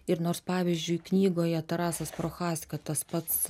ir nors pavyzdžiui knygoje tarasas prochaska tas pats